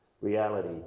reality